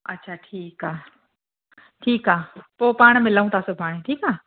अछा ठीकु आहे ठीकु आहे पोइ पाण मिलू था सुभाणे ठीकु आहे